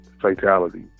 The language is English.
Fatality